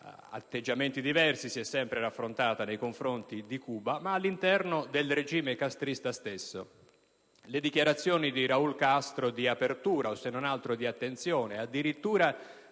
atteggiamenti diversi - si è sempre rapportata nei confronti di Cuba, e all'interno del regime castrista stesso. Le dichiarazioni di Raul Castro di apertura o, se non altro, di attenzione e, addirittura,